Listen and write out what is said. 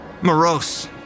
Morose